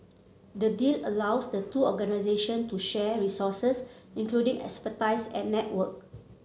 the deal allows the two organisation to share resources including expertise and network